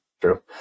True